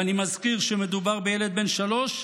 ואני מזכיר שמדובר בילד בן שלוש,